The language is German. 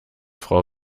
frau